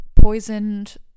poisoned